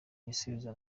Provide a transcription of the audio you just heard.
gisubizo